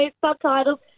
subtitles